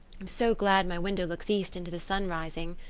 i'm so glad my window looks east into the sun rising,